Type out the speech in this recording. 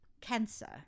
cancer